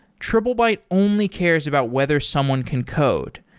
triplebyte only cares about whether someone can code.